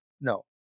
No